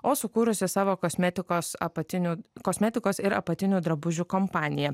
o sukūrusi savo kosmetikos apatinių kosmetikos ir apatinių drabužių kompaniją